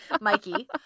Mikey